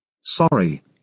Sorry